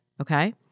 okay